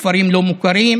כפרים לא מוכרים,